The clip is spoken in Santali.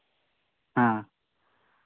ᱦᱮᱸ